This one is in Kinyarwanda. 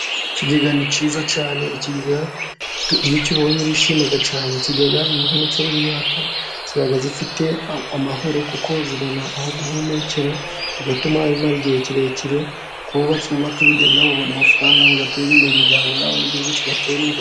Ikigega ni cyiza cyane iyo ukibonye urishima cyane, ikigega iyo uhunitsemo imyaka iba ifite amahoro kuko ibona aho guhumekera bigatuma imara igihe kirekire, abubatsi b'ibigega babona amafaranga bagateza imbere imiryango yabo n'igihugu kigatera imbere.